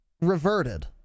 reverted